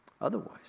otherwise